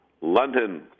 London